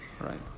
right